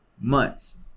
months